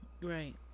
Right